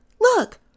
look